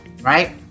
right